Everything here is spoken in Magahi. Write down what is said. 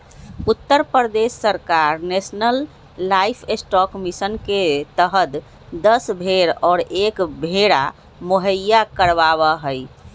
उत्तर प्रदेश सरकार नेशलन लाइफस्टॉक मिशन के तहद दस भेंड़ और एक भेंड़ा मुहैया करवावा हई